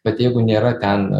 bet jeigu nėra ten